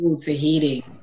Tahiti